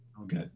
Okay